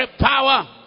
power